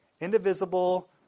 indivisible